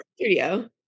studio